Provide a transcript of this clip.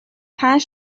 پنج